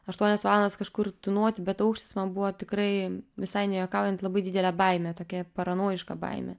aštuonias valandas kažkur tūnoti bet aukštis man buvo tikrai visai nejuokaujant labai didelė baimė tokia paranojiška baimė